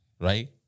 right